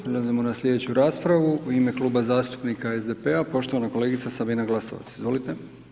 Prelazimo na slijedeću raspravu, u ime kluba zastupnika SDP-a poštovana kolegica Sabina Glasovac, izvolite.